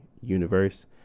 Universe